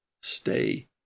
stay